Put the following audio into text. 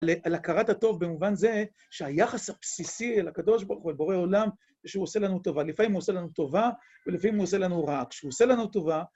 על הכרת הטוב במובן זה שהיחס הבסיסי אל הקדוש ברוך הוא, אל בורא העולם, זה שהוא עושה לנו טובה. לפעמים הוא עושה לנו טובה ולפעמים הוא עושה לנו רע. כשהוא עושה לנו טובה...